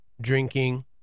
drinking